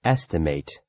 Estimate